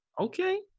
Okay